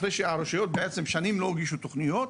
אחרי שהרשויות במשך שנים בעצם לא הגישו תוכניות,